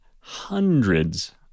hundreds